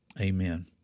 Amen